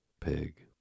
pig